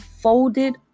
folded